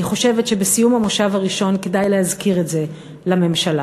אני חושבת שבסיום המושב הראשון כדאי להזכיר את זה לממשלה.